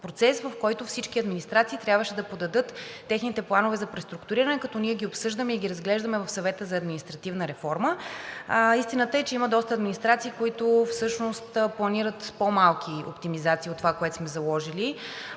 в който всички администрации трябваше да подадат техните планове за преструктуриране, като ние ги обсъждаме и ги разглеждаме в Съвета за административна реформа. Истината е, че има доста администрации, които всъщност планират по-малки оптимизации от това, което сме заложили